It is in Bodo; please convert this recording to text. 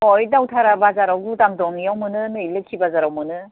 अह ओइ दावथारा बाजाराव गुदाम दं एयाव मोनो नै लोक्षि बाजाराव मोनो